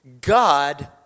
God